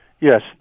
Yes